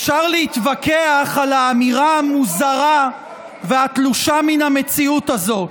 אפשר להתווכח על האמירה המוזרה והתלושה מן המציאות הזו,